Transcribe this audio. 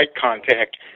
contact